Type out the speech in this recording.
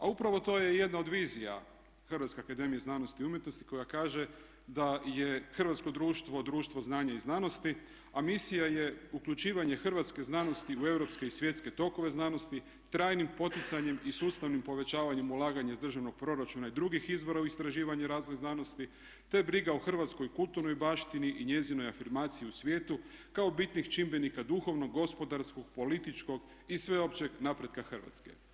A upravo to je i jedna od vizija Hrvatske akademije znanosti i umjetnosti koja kaže da je hrvatsko društvo, društvo znanja i znanosti, a misija je uključivanje hrvatske znanosti u europske i svjetske tokove znanosti trajnim poticanjem i sustavnim povećavanjem ulaganja iz državnog proračuna i drugih izvora u istraživanje i razvoj znanosti, te briga o hrvatskoj kulturnoj baštini i njezinoj afirmaciji u svijetu kao bitnih čimbenika duhovnog, gospodarskog, političkog i sveopćeg napretka Hrvatske.